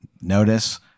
notice